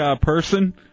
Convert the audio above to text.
person